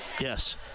Yes